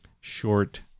short